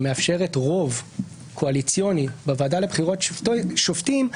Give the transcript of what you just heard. שמאפשרת רוב קואליציוני בוועדה לבחירת שופטים,